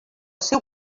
seu